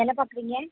என்ன பார்க்குறிங்க